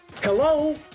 Hello